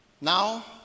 Now